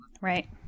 Right